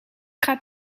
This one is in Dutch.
gaat